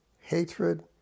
hatred